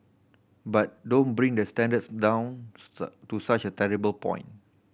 but don't bring the standards down to such a terrible point